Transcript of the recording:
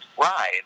ride